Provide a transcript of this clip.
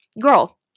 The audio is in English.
girl